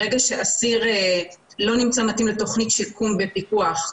ברגע שאסיר לא נמצא מתאים לתוכנית שיקום בפיקוח,